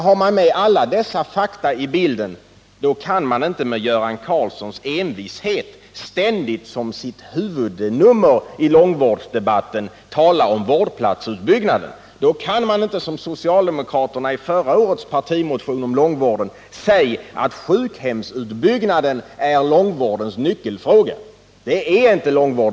Har man med alla dessa fakta i bilden, då kan man inte med Göran Karlssons envishet ständigt som sitt huvudnummer i långvårdsdebatten ha att tala om vårdplatsutbyggnad. Då kan man inte heller som socialdemokraterna i förra årets partimotion om långvården säga att sjukhemsutbyggnaden är långvårdens nyckelfråga.